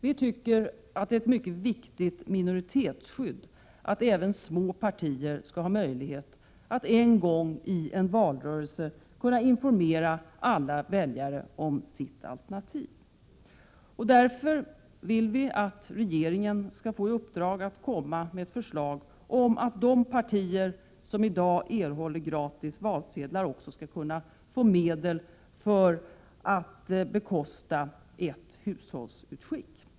Vi tycker att det är ett mycket viktigt minoritetsskydd att även små partier har möjlighet att en gång i en valrörelse kunna informera alla väljare om sitt alternativ. Därför vill vi att regeringen skall få i uppdrag att komma med förslag att de partier som i dag erhåller gratis valsedlar också skall kunna få medel för att bekosta ett hushållsutskick.